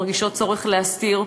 מרגישות צורך להסתיר,